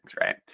right